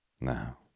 Now